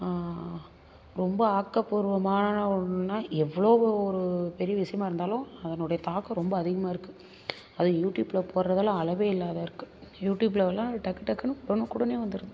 ரொம்ப ஆக்கபூர்வமான ஒன்று எவ்வளவு ஒரு பெரிய விஷயமா இருந்தாலும் அதனுடைய தாக்கம் ரொம்ப அதிகமாக இருக்குது அது யூடியூப்ல போடறதெல்லாம் அளவே இல்லாமல் இருக்குது யூடியூப்லெல்லாம் டக்கு டக்குனு உடனுக்குடனேயே வந்துடும்